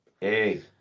Hey